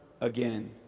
again